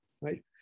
right